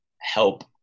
help